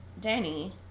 Danny